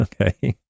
Okay